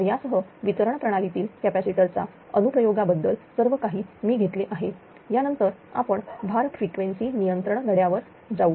तर यासह वितरण प्रणालीतील कॅपॅसिटर चा अनु प्रयोगाबद्दल सर्वकाही मी घेतले आहे यानंतर आपण भार फ्रिक्वेन्सी नियंत्रण धड्यावर जाऊ